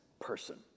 person